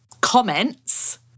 comments